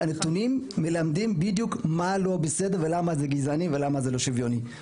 הנתונים מלמדים בדיוק מה לא בסדר ולמה זה גזעני ולמה זה לא שוויוני.